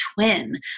twin